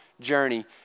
journey